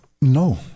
no